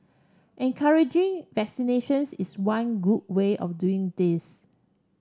encouraging vaccinations is one good way of doing this